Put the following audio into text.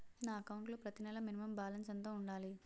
నా అకౌంట్ లో ప్రతి నెల మినిమం బాలన్స్ ఎంత ఉండాలి?